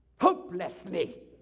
hopelessly